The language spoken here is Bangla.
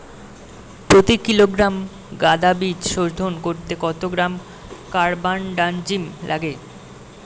প্রতি কিলোগ্রাম গাঁদা বীজ শোধন করতে কত গ্রাম কারবানডাজিম লাগে?